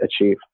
achieve